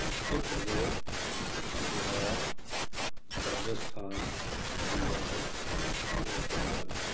Uttar Pradesh Bihar Rajasthan Punjab West Bengal